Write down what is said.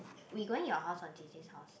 we going your house or J_J's house